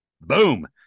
Boom